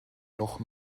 noch